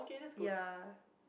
ya